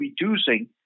reducing